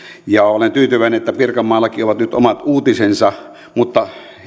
olen tyytyväinen että pirkanmaallakin on nyt omat uutisensa mutta